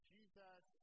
Jesus